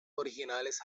originales